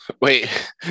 Wait